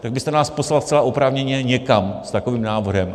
Tak byste nás poslal zcela oprávněně někam s takovým návrhem.